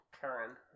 Karen